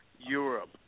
Europe